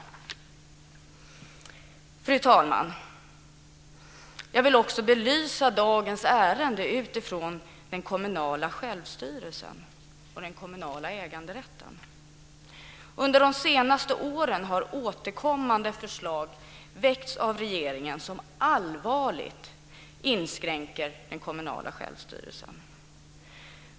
Fru talman! Jag vill också belysa dagens ärende utifrån den kommunala självstyrelsen och den kommunala äganderätten. Under de senaste åren har det av regeringen väckts återkommande förslag som allvarligt inskränker den kommunala självstyrelsen.